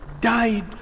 died